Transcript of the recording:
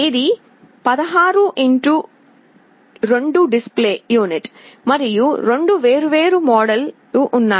ఇది 16 x 2 display unit మరియు 2 వేర్వేరు మోడ్లు ఉన్నాయి